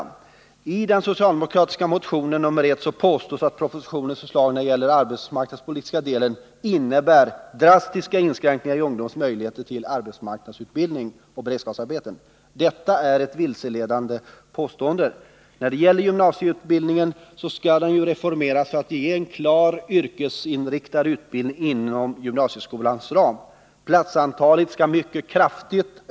Nr 154 I den socialdemokratiska motionen påstås att propositionens förslag när Onsdagen den det gäller den arbetsmarknadspolitiska delen innebär drastiska inskränk 28 maj 1980 ningar av ungdomarnas möjligheter till arbetsmarknadsutbildning och beredskapsarbete. Det är ett vilseledande påstående. Gymnasieutbildningen skall reformeras till en klart yrkesinriktad utbildning inom gymnasieskolans ram. Platsantalet skall ökas mycket kraftigt.